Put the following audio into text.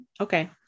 Okay